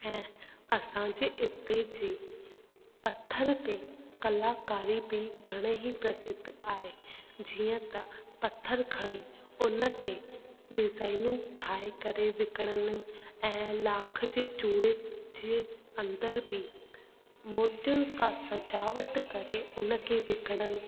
ऐं असांजे इते जी पत्थर ते कलाकारी बि घणे ही प्रसिद्ध आहे जीअं त पत्थर खणी उन ते डिज़ाइनूं ठाहे करे विकिणनि ऐं लाख जी चूड़े जी अंदरि बि मोतियुनि सां सजावट करे उन खे बि विकिणनि